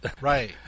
Right